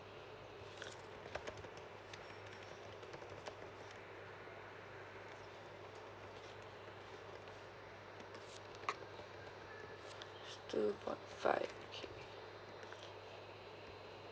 two one five okay